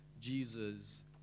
Jesus